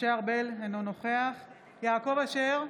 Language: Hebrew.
משה ארבל, אינו נוכח יעקב אשר,